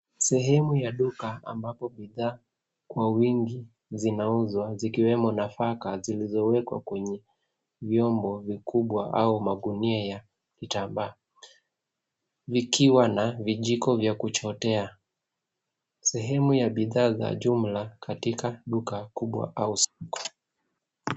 Sehemu ya duka ambapo bidhaa Kwa wingi zinauzwa zikiwemo nafaka zilizowekwa kwenye vyombo vikubwa au magunia ya kitambaa, vikiwa na vijiko vya kuchotea. Sehemu ya bidhaa za jumla katika duka kubwa.